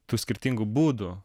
tų skirtingų būdų